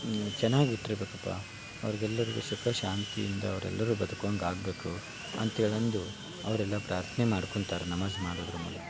ಚೆನ್ನಾಗಿ ಇಟ್ಟಿರಬೇಕಪ್ಪ ಅವ್ರ್ಗೆಲ್ಲರಿಗು ಸುಖ ಶಾಂತಿಯಿಂದ ಅವರೆಲ್ಲರು ಬದುಕುವಂಗೆ ಆಗಬೇಕು ಅಂತೇಳಿ ಅಂದು ಅವರೆಲ್ಲ ಪ್ರಾರ್ಥ್ನೆ ಮಾಡ್ಕೊಂತಾರೆ ನಮಾಜ್ ಮಾಡೋದ್ರ ಮೂಲಕ